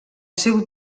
seu